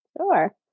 Sure